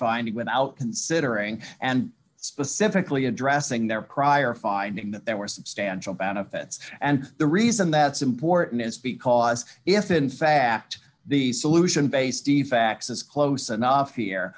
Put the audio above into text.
finding without considering and specifically addressing their prior finding that they were substantial benefits and the reason that's important is because if in fact the salute based effects as close enough here